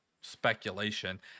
speculation